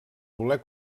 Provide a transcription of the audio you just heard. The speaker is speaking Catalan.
voler